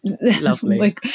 Lovely